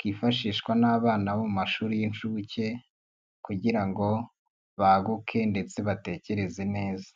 kifashishwa n'abana bo mu mashuri y'inshuke kugira ngo baguke ndetse batekereze neza.